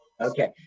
Okay